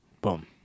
Boom